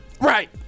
right